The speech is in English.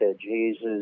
Jesus